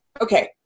Okay